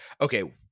okay